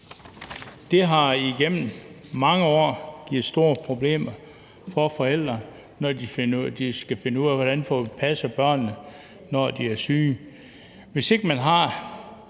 Det har igennem mange år givet store problemer for forældre, når de skal finde ud af, hvordan de får passet børnene, når de er syge.